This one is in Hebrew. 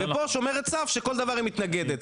ופה שומרת סף שכל דבר היא מתנגדת.